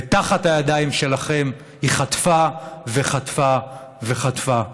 ותחת הידיים שלכם היא חטפה וחטפה וחטפה.